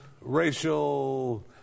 racial